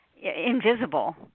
invisible